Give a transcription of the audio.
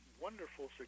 wonderful